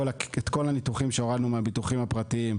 הניתוחים שהורדנו מהביטוחים הפרטיים,